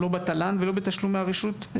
לא בתל"ן ולא בתשלומי הרשות,